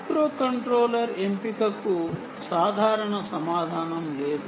microcontroller ఎంపికకు సాధారణ సమాధానం లేదు